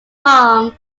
farm